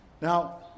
now